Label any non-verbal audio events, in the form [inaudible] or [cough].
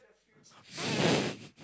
[laughs]